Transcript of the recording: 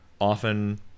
often